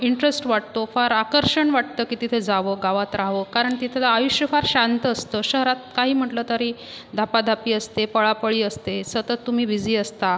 interest वाटतो फार आकर्षण वाटतं की तिथे जावं गावात राहावं कारण तिथलं आयुष्य फार शांत असतं शहरात काही म्हटलं तरी धापाधापी असते पळापळी असते सतत तुम्ही बिझी असता